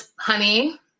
honey